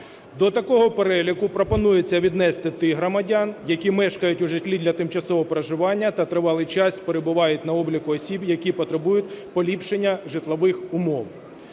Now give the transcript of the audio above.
До такого переліку пропонується віднести тих громадян, які мешкають у житлі для тимчасового проживання та тривалий час перебувають на обліку осіб, які потребують поліпшення житлових умов.